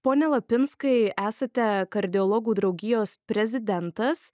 pone lapinskai esate kardiologų draugijos prezidentas